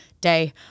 day